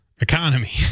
economy